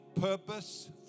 purpose